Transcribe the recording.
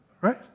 Right